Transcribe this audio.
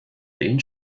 den